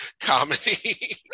comedy